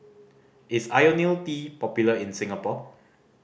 is Ionil T popular in Singapore